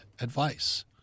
advice